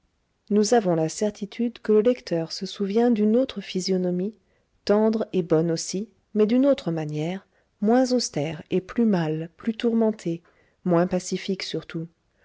nous avons la certitude que le lecteur se souvient d'une autre physionomie tendre et bonne aussi mais d'une autre manière moins austère et plus mâle plus tourmentée moins pacifique surtout